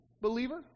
believer